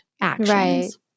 actions